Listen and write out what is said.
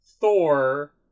Thor